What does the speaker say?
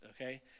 Okay